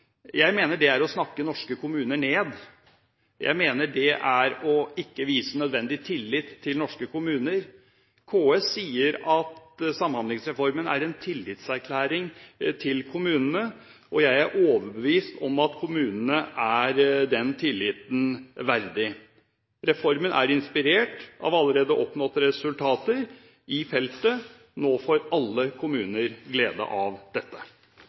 Jeg mener det er å snakke norske kommuner ned. Jeg mener det er ikke å vise nødvendig tillit til norske kommuner. KS sier at Samhandlingsreformen er en tillitserklæring til kommunene, og jeg er overbevist om at kommunene er den tilliten verdig. Reformen er inspirert av allerede oppnådde resultater i feltet. Nå får alle kommuner glede av dette.